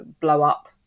blow-up